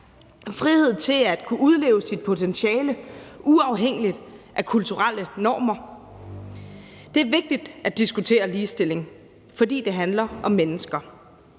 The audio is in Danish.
frihed til at kunne udleve sit potentiale uafhængigt af kulturelle normer. Det er vigtigt at diskutere ligestilling, fordi det handler om mennesker